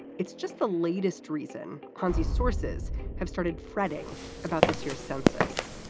it's just the latest reason consi sources have started fretting about this year's census.